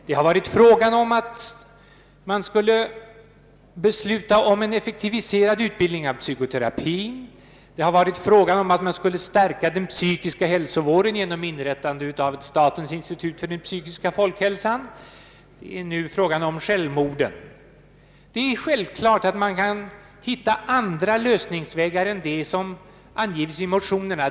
Det har varit fråga om att besluta om en effektiviserad utbildning i psykoterapi, det har varit fråga om att stärka den psykiska hälsovården genom inrättande av ett statens institut för den psykiska folkhälsan, och nu är det fråga om självmorden. Det är självklart att man kan finna andra vägar till lösningar än de som har angivits i motionerna.